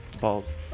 Balls